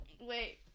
Wait